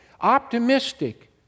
optimistic